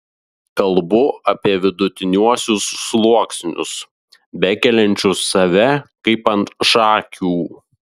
kalbu apie vidutiniuosius sluoksnius bekeliančius save kaip ant šakių